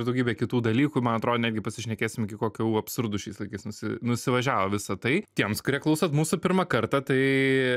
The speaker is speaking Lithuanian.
daugybę kitų dalykų man atrodo netgi pasišnekėsim iki kokių absurdų šiais laikais nusi nusivažiavo visa tai tiems kurie klauso mūsų pirmą kartą tai